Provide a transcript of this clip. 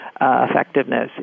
effectiveness